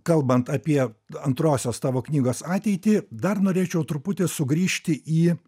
kalbant apie antrosios tavo knygos ateitį dar norėčiau truputį sugrįžti į